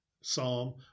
psalm